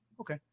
Okay